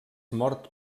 mort